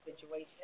situation